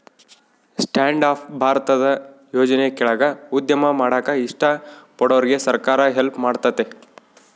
stand up ಭಾರತದ ಯೋಜನೆ ಕೆಳಾಗ ಉದ್ಯಮ ಮಾಡಾಕ ಇಷ್ಟ ಪಡೋರ್ಗೆ ಸರ್ಕಾರ ಹೆಲ್ಪ್ ಮಾಡ್ತತೆ